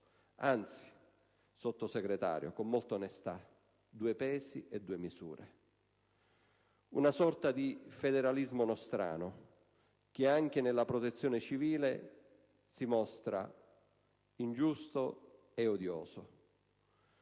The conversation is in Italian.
Anzi, Sottosegretario, con molta onestà mi sento di dire: due pesi e due misure. Una sorta di federalismo nostrano che anche nella protezione civile si mostra ingiusto e odioso.